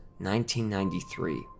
1993